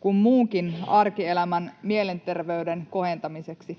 kuin muunkin arkielämän mielenterveyden kohentamiseksi.